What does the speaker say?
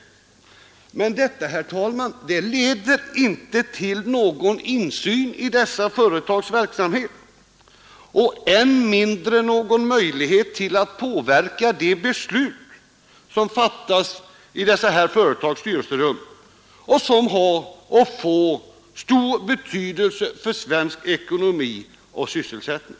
Men detta, herr talman, leder inte till någon insyn i dessa företags verksamhet och än mindre till någon möjlighet att påverka de beslut som fattas i dessa företags styrelserum, beslut som får betydelse för svensk ekonomi och sysselsättning.